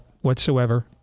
whatsoever